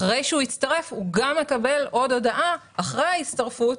אחרי שהוא הצטרף הוא גם מקבל עוד הודעה אחרי ההצטרפות,